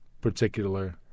particular